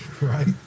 Right